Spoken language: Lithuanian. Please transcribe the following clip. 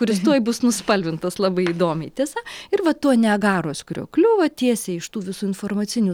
kuris tuoj bus nuspalvintas labai įdomiai tiesa ir va tuo niagaros kriokliu va tiesiai iš tų visų informacinių